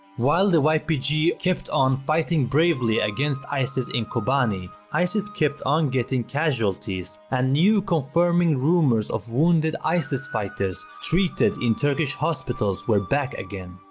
while the ypg kept on fighting bravely against isis in kobani. isis kept on getting casualties, and new confirming rumors of wounded isis fighters treated in turkish hospitals were back again.